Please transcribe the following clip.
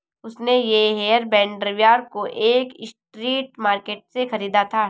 उसने ये हेयरबैंड रविवार को एक स्ट्रीट मार्केट से खरीदा था